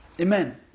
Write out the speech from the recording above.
Amen